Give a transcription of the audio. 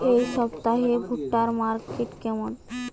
এই সপ্তাহে ভুট্টার মার্কেট কেমন?